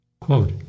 Quote